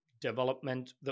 development